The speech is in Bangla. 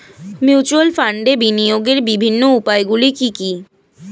মিউচুয়াল ফান্ডে বিনিয়োগের বিভিন্ন উপায়গুলি কি কি?